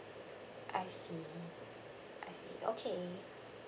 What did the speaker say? I see I see okay